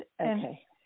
okay